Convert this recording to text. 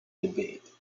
debate